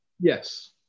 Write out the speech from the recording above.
yes